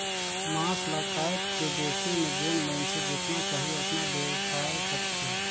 मांस ल कायट के बेचे में जेन मइनसे जेतना चाही ओतना बेसाय सकथे